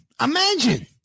imagine